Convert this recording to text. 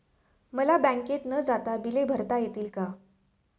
मला बँकेत न जाता बिले भरता येतील का?